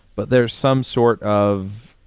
but there's some sort of,